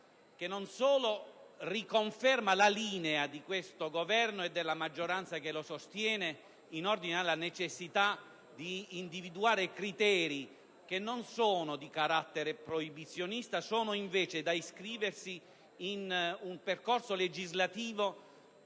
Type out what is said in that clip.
che anzitutto riconferma la linea di questo Governo e della maggioranza che lo sostiene in ordine alla necessità di individuare criteri che non sono di carattere proibizionista, ma sono invece da iscriversi in un percorso legislativo,